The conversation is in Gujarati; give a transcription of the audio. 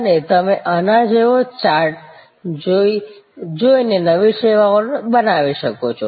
અને તમે આના જેવો ચાર્ટ જોઈને નવી સેવાઓ બનાવી શકો છો